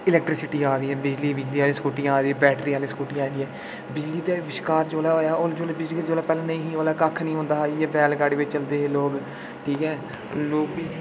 electricity आ दियां बिजली आह्ली स्कूटियां आ दियां बैटरी आह्ली स्कूटियां आ दियां बिजली दा अविष्कार जोल्लै होया हा ओल्लै जोल्लै बिजली पैह्लें नेईं ही ते ओल्लै कक्ख निं होंदा हा ते बैलगाड़ी च चलदे हे लोग ठीक ऐ लोग बी